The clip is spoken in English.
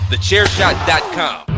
Thechairshot.com